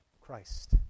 Christ